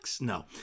No